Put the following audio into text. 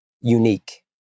unique